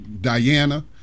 Diana